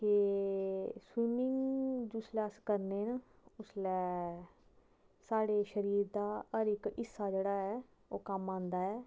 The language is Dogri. के स्विमिंग जिसलै अस करने ऐं उसलै साढ़ै शरीर दा हर इक हिस्सा जेह्ड़ा ऐ ओह् कम्म आंदा ऐ